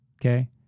Okay